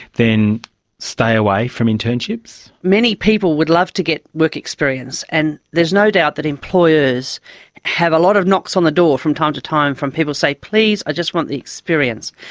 then stay away from internships? many people would love to get work experience, and there's no doubt that employers have a lot of knocks on the door from time to time from people saying, please, i just want the experience.